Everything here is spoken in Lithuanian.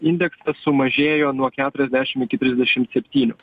indeksas sumažėjo nuo keturiasdešim iki trisdešimt septynių